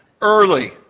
early